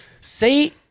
Say